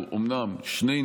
בממשלה.